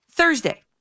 Thursday